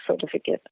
certificate